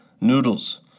noodles